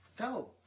Go